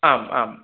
आम् आम्